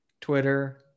twitter